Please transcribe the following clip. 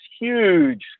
huge